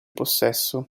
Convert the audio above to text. possesso